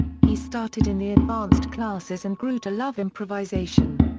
he started in the advanced classes and grew to love improvisation.